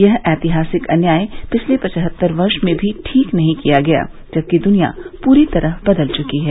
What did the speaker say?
यह ऐतिहासिक अन्याय पिछले पचहत्तर वर्ष में भी ठीक नहीं किया गया जबकि दुनिया पूरी तरह बदल चुकी है